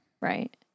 Right